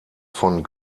von